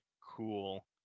cool